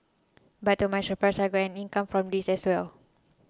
but to my surprise I got an income from this as well